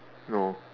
no